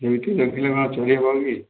ଏହିଠି ରଖିଲେ ବା ଚଳି ହେବକି